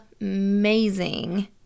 amazing